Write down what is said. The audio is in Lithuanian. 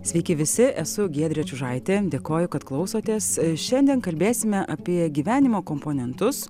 sveiki visi esu giedrė čiužaitė dėkoju kad klausotės šiandien kalbėsime apie gyvenimo komponentus